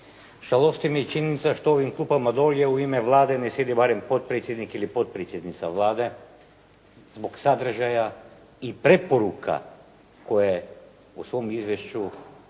Žalosti me i činjenica što u ovim klupama dolje u ime Vlade ne sjedi barem potpredsjednik ili barem potpredsjednica Vlade zbog sadržaja i preporuka koje u svom izvješću